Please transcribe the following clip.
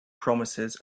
promises